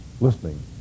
listening